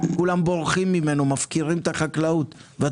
כולם בורחים ממנו, מפקירים את החקלאות.